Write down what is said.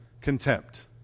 contempt